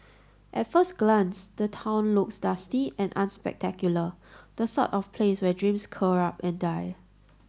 at first glance the town looks dusty and unspectacular the sort of place where dreams curl up and die